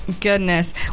Goodness